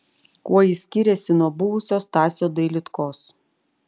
kuo jis skiriasi nuo buvusio stasio dailydkos